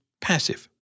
passive